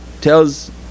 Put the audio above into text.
tells